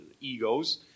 egos